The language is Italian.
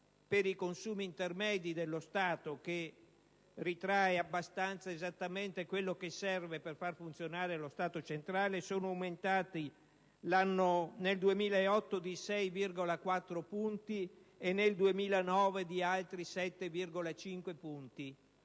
per i consumi intermedi dello Stato, che ritrae abbastanza esattamente quello che serve per far funzionare lo Stato centrale, è aumentata nel 2008 di 6,4 punti e nel 2009 di altri 7,5 punti.